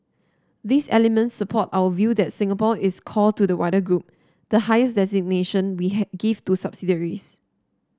these elements support our view that Singapore is core to the wider group the highest designation we had give to subsidiaries